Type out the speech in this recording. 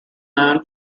known